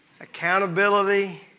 Accountability